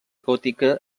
gòtica